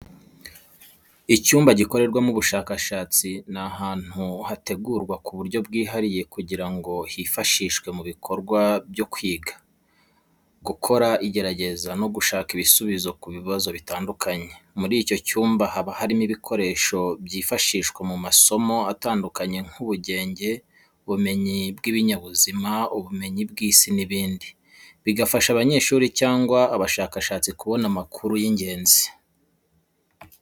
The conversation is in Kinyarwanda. Icyumba gikorerwamo ubushakashatsi ni ahantu hategurwa ku buryo bwihariye kugira ngo hifashishwe mu bikorwa byo kwiga, gukora igerageza no gushaka ibisubizo ku bibazo bitandukanye. Muri icyo cyumba haba harimo ibikoresho byifashishwa mu masomo atandukanye nk'ubugenge, ubumenyi bw'ibinyabuzima, ubumenyi bw'Isi n'ibindi, bigafasha abanyeshuri cyangwa abashakashatsi kubona amakuru y'ingenzi